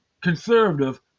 conservative